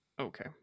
okay